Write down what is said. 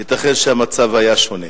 ייתכן שהמצב היה שונה.